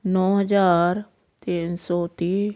ਨੌ ਹਜ਼ਾਰ ਤਿੰਨ ਸੌ ਤੀਹ